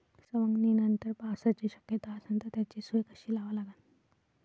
सवंगनीनंतर पावसाची शक्यता असन त त्याची सोय कशी लावा लागन?